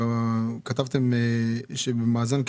כתבתם במאזן,